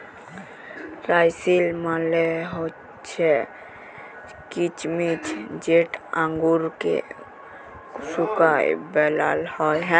রাইসিল মালে হছে কিছমিছ যেট আঙুরকে শুঁকায় বালাল হ্যয়